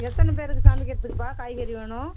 எத்தனை பெயருக்கு சமைக்கிறதுக்குப்பா காய்கறி வேணும்